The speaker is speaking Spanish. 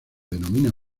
denominan